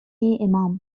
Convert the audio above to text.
امام